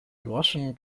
groschen